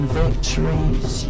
victories